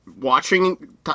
watching